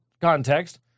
context